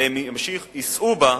והם יישאו בה,